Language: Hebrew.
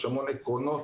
יש המון עקרונות,